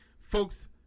folks